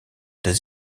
des